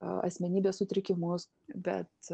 asmenybės sutrikimus bet